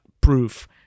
proof